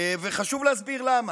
חשוב להסביר למה: